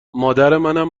مادرمنم